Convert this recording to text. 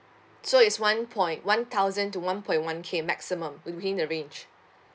so it's one point one thousand to one point one K maximum within the range